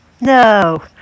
No